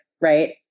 right